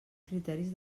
criteris